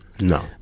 No